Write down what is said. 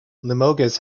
limoges